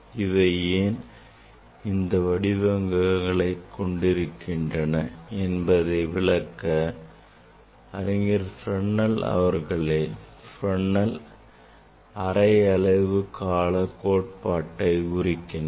இவை ஏன் இந்த வடிவங்களைக் கொண்டிருக்கின்றன என்பதை விளக்க அறிஞர் Fresnel அவர்களே Fresnel அரை அலைவு கால கோட்பாட்டை உருவாக்கினார்